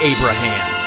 Abraham